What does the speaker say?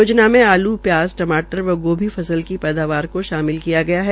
योजना में आलू प्याज टमाटर व गोभी फसल की पैदावार को शामिल किया गया है